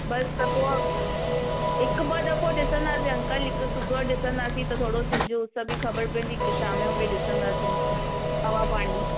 बसि त पोइ हिक ॿ दफ़ो ॾिसंदासीं अंकल हिक सुबुह ॾिसंदासीं त थोरो सिझ उस बि ख़बर पवंदी हिकु शाम जो बि ॾिसंदासीं हवा पाणी